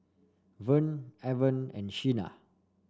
Vern Avon and Shena